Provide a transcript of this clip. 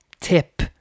tip